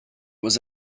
was